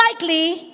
likely